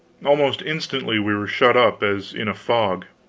almost instantly we were shut up as in a fog,